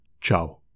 ciao